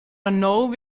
renault